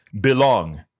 belong